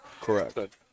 Correct